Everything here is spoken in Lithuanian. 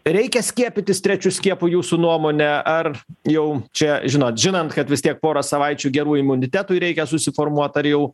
reikia skiepytis trečiu skiepu jūsų nuomone ar jau čia žinot žinant kad vis tiek porą savaičių gerų imunitetui reikia susiformuot ar jau